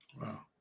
Wow